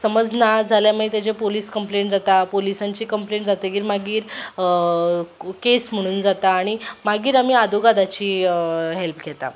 समज ना जाल्यार मागीर तेजी पोलीस कंम्प्लेन जाता पोलिसाची कंम्प्लेन जातगीर मागीर केस म्हणून जाता आनी मागीर आमी आदोगादाची हेल्प घेता